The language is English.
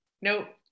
Nope